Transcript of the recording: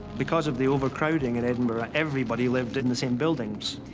because of the overcrowding in edinburgh, everybody lived in the same buildings.